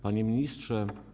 Panie Ministrze!